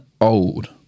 old